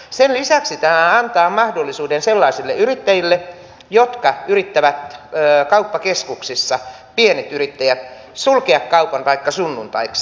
sen lisäksi tämä antaa mahdollisuuden sellaisille pienille yrittäjille jotka yrittävät kauppakeskuksissa sulkea kaupan vaikka sunnuntaiksi